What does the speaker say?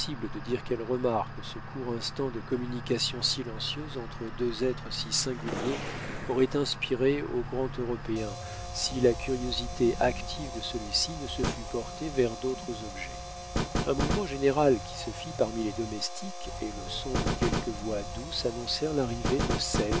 de dire quelle remarque ce court instant de communication silencieuse entre deux êtres si singuliers aurait inspirée au grand européen si la curiosité active de celui-ci ne se fût portée vers d'autres objets un mouvement général qui se fit parmi les domestiques et le son de quelques voix douces annoncèrent l'arrivée de